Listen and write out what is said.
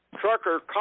trucker